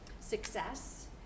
success